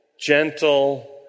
gentle